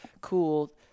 cool